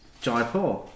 Jaipur